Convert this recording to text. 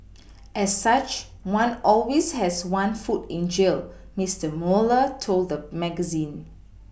as such one always has one foot in jail Mister Mueller told the magazine